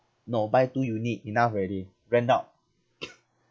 no buy two unit enough already rent out